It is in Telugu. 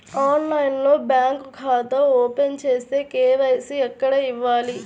ఆన్లైన్లో బ్యాంకు ఖాతా ఓపెన్ చేస్తే, కే.వై.సి ఎక్కడ ఇవ్వాలి?